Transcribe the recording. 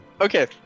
okay